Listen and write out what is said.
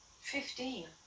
Fifteen